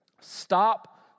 Stop